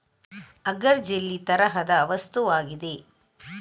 agar jelly ತರಹದ ವಸ್ತುವಾಗಿದೆ